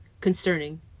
concerning